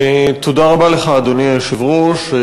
תודה רבה לך, אדוני היושב-ראש.